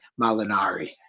Malinari